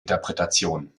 interpretation